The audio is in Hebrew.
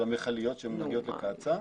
של המכליות שמגיעות לקצא"א.